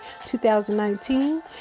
2019